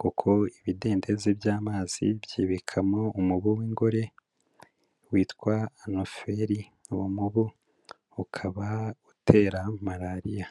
kuko ibidendezi by'amazi byibikamo umubu w'ingore witwa anoferi, uwo mubu ukaba utera Malariya.